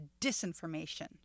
disinformation